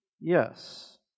yes